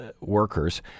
workers